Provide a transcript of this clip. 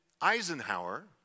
Eisenhower